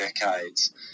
decades